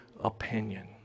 opinion